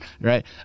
Right